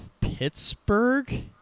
Pittsburgh